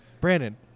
Brandon